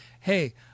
Hey